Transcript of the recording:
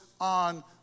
on